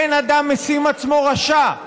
אין אדם משים עצמו רשע.